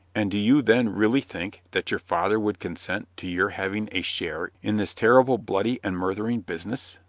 and do you then really think that your father would consent to your having a share in this terrible bloody and murthering business?